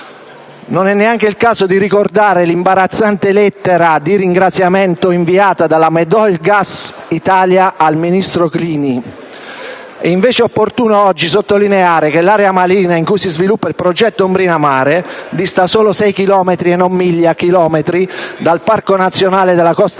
Non è neanche il caso di ricordare l'imbarazzante lettera di ringraziamento inviata dalla Medoilgas Italia SpA al ministro Clini. È invece opportuno oggi sottolineare che l'area marina in cui si sviluppa il progetto "Ombrina Mare" dista solo 6 chilometri (non miglia, ma chilometri) dal Parco nazionale della Costa